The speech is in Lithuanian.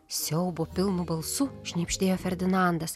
siaubo pilnu balsu šnibždėjo ferdinandas